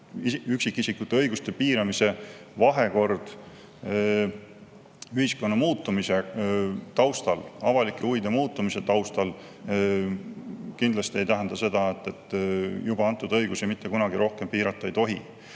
üksikisikute õiguste piiramise vahekord ühiskonna muutumise taustal, avalike huvide muutumise taustal kindlasti ei tähenda seda, et juba antud õigusi mitte kunagi rohkem piirata ei tohi.